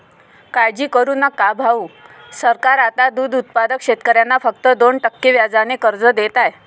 काळजी करू नका भाऊ, सरकार आता दूध उत्पादक शेतकऱ्यांना फक्त दोन टक्के व्याजाने कर्ज देत आहे